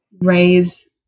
raise